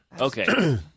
Okay